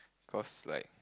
because like